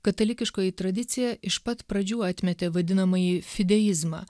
katalikiškoji tradicija iš pat pradžių atmetė vadinamąjį fideizmą